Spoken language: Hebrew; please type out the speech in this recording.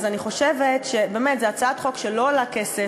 אני חושבת שבאמת, זו הצעת חוק שלא עולה כסף.